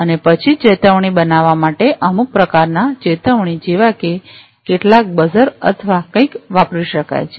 અને પછી ચેતવણી બનાવવા માટે અમુક પ્રકારના ચેતવણી જેવા કે કેટલાક બઝર અથવા કંઈક વાપરી શકાય છે